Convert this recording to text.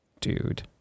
dude